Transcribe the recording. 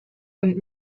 und